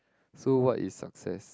so what is success